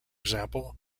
example